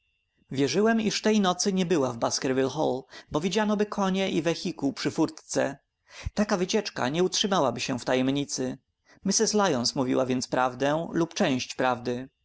wierzyłem iż tej nocy nie była w baskerville hall bo widzianoby konie i wehikuł przy furtce taka wycieczka nie utrzymałaby się w tajemnicy mrs lyons mówiła więc prawdę lub część prawdy